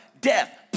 Death